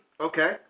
Okay